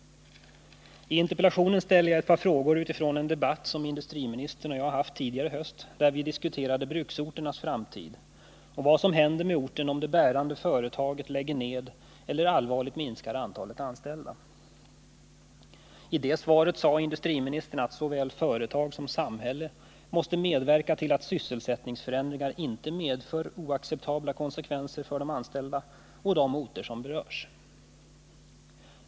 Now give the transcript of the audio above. I interpellationen ställer jag ett par frågor utifrån en debatt som Nr 57 industriministern och jag hade tidigare i höst, där vi diskuterade bruksor Tisdagen den ternas framtid och vad som händer med orten om det bärande företaget 18 december 1979 lägger ned sin verksamhet eller allvarligt minskar antalet anställda. I det svaret sade industriministern att såväl företag som samhälle måste medverka till att sysselsättningsförändringar inte medför oacceptabla konsekvenser för de anställda och de orter som berörs.